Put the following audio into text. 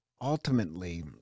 ultimately